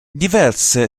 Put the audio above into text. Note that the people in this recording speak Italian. diverse